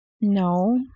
No